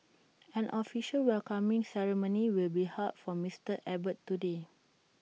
an official welcoming ceremony will be held for Mister Abbott today